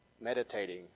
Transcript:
meditating